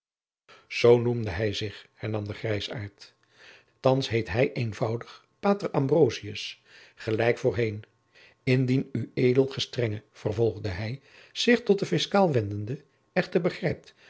zoo noemde hij zich hernam de grijzaart thands heet hij eenvoudig pater ambrosius gelijk voorheen indien u ed gestr vervolgde hij zich tot den fiscaal wendende echter begrijpt